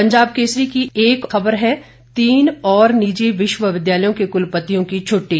पंजाब केसरी की एक खबर है तीन और निजी विश्वविद्यालयों के कलपतियों की छटटी